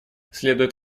следует